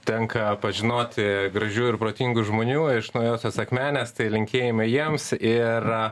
tenka pažinoti gražių ir protingų žmonių iš naujosios akmenės tai linkėjimai jiems ir